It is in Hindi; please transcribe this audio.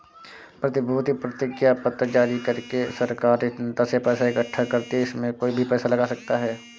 प्रतिभूति प्रतिज्ञापत्र जारी करके सरकार जनता से पैसा इकठ्ठा करती है, इसमें कोई भी पैसा लगा सकता है